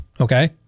Okay